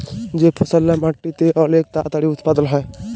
যে ফসললা মাটিতে অলেক তাড়াতাড়ি উৎপাদল হ্যয়